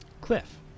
Cliff